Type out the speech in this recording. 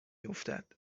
افتد